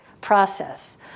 process